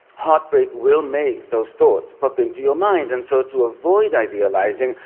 heartbreak will make those thoughts pop into your mind. and so to avoid idealizing,